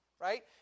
right